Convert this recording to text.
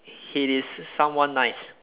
he is someone nice